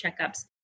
checkups